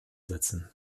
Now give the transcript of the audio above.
setzen